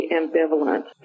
ambivalent